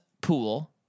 pool